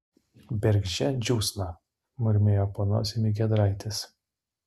bergždžia džiūsna murmėjo po nosim giedraitis